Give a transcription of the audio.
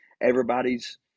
everybody's